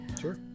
sure